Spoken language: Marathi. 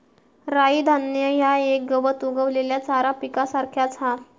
राई धान्य ह्या एक गवत उगवलेल्या चारा पिकासारख्याच हा